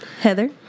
Heather